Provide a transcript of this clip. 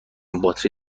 باتری